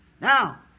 Now